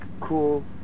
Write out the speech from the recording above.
cool